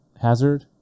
hazard